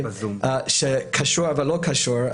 שקשור אבל לא קשור,